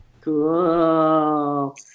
Cool